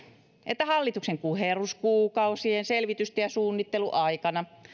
että hallituksen kuherruskuukausien selvitysten ja suunnittelun aikana